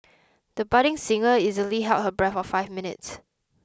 the budding singer easily held her breath for five minutes